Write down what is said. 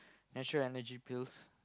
natural Energy Pills